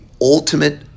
ultimate